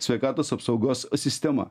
sveikatos apsaugos sistema